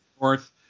North